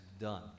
done